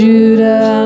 Judah